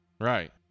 right